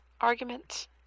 arguments